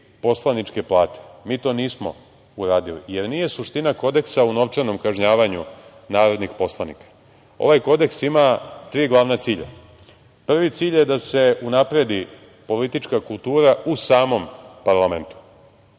poslaničke plate. Mi to nismo uradili, jer nije suština kodeksa u novčanom kažnjavanju narodnih poslanika. Ovaj kodeks ima tri glavna cilja. Prvi cilj je da se unapredi politička kultura u samom parlamentu,